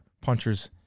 punchers